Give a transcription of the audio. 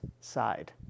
side